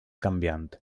canviant